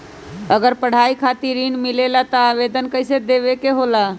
अगर पढ़ाई खातीर ऋण मिले ला त आवेदन कईसे देवे के होला?